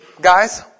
Guys